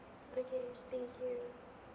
okay thank you